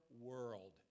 world